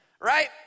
Right